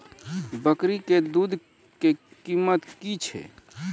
बकरी के दूध के कीमत की छै?